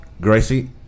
Gracie